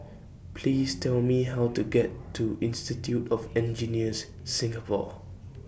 Please Tell Me How to get to Institute of Engineers Singapore